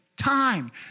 Time